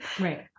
Right